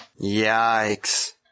Yikes